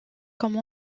comme